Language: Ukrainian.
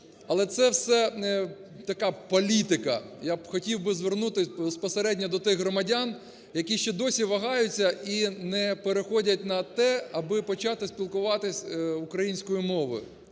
але це все така політика. Я б хотів би звернутись безпосередньо до тих громадян, які ще досі вагаються і не переходять на те, аби почати спілкуватись українською мовою